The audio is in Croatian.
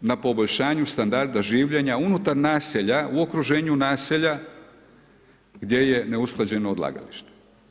na poboljšanju standarda življenja unutar naselja, u okruženju naselja gdje je neusklađeno odlagalište.